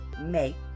make